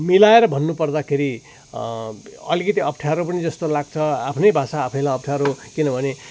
मिलाएर भन्नुपर्दाखेरि अलिकति अप्ठ्यारो पनि जस्तो लाग्छ आफ्नै भाषा आफैलाई अप्ठ्यारो किनभने